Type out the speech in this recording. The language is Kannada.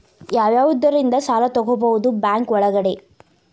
ಯಾವ್ಯಾವುದರಿಂದ ಸಾಲ ತಗೋಬಹುದು ಬ್ಯಾಂಕ್ ಒಳಗಡೆ?